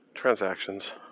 Transactions